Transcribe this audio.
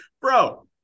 bro